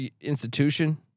institution